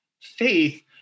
faith